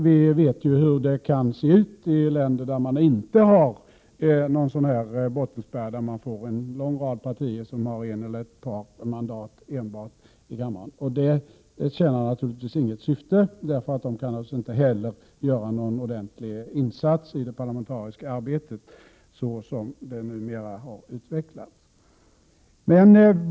Vi vet ju hur det kan se ut i länder där man inte har någon sådan nedre gräns, där man får en lång rad partier som har enbart ett eller ett par mandat i kammaren. Detta tjänar naturligtvis inget syfte, eftersom dessa partier inte kan göra någon ordentlig insats i det parlamentariska arbetet såsom det numera har utvecklats.